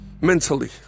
mentally